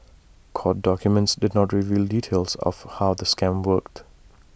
court documents did not reveal details of how the scam worked